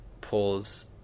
pulls